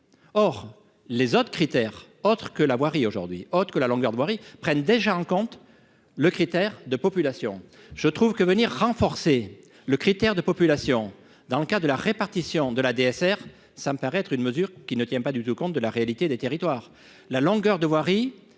or les autres critères autres que la voirie aujourd'hui, autre que la longueur de voirie prennent déjà en compte le critère de population, je trouve que venir renforcer le critère de population dans le cas de la répartition de la DSR, ça me paraît être une mesure qui ne tient pas du tout compte de la réalité des territoires, la longueur de voirie,